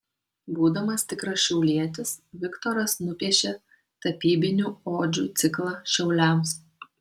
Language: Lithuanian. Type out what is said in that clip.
būdamas tikras šiaulietis viktoras nupiešė tapybinių odžių ciklą šiauliams